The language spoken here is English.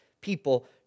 people